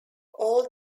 all